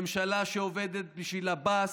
ממשלה שעובדת בשביל עבאס,